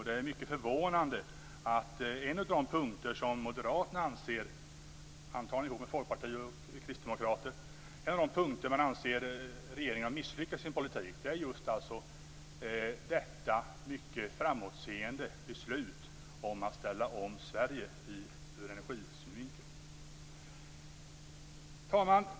Det är mycket förvånande att en av de punkter som Moderaterna, antagligen ihop med Folkpartiet och Kristdemokraterna, anser att regeringen har misslyckats med sin politik på är just detta mycket framåtsiktande beslut om att ställa om Sverige ur energisynvinkel. Herr talman!